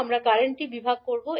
আমরা কারেন্ট বিভাগটি ব্যবহার করব